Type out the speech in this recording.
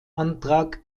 antrag